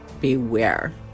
beware